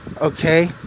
okay